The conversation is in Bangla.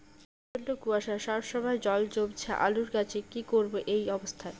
প্রচন্ড কুয়াশা সবসময় জল জমছে আলুর গাছে কি করব এই অবস্থায়?